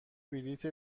بلیت